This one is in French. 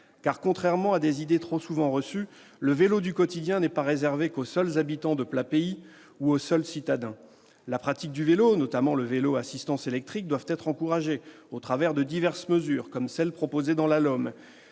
contrairement à des idées trop souvent reçues, le vélo du quotidien n'est pas réservé aux habitants de plats pays ou aux citadins. La pratique du vélo, et notamment du vélo à assistance électrique, doit être encouragée au travers de diverses mesures. Je pense non seulement